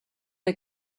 der